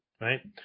right